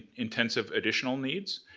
intensive additional needs.